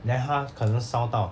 then 他可能烧到